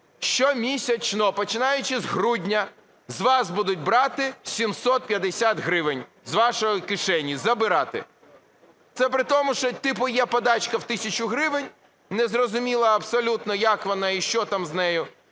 щомісячно, починаючи з грудня, з вас будуть брати 750 гривень, з вашої кишені забирати. Це при тому, що типу є подачка в тисячу гривень, незрозуміло абсолютно, як вона і що там з нею,